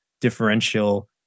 differential